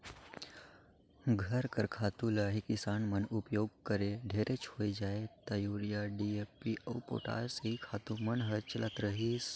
घर कर खातू ल ही किसान मन उपियोग करें ढेरेच होए जाए ता यूरिया, डी.ए.पी अउ पोटास एही खातू मन हर चलत रहिस